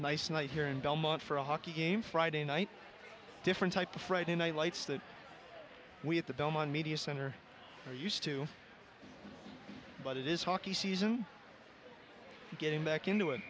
nice night here in belmont for a hockey game friday night different type of friday night lights that we at the belmont media center are used to but it is hockey season getting back into it